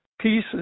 pieces